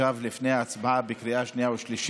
ואני רואה שכל האופוזיציה,